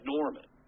Norman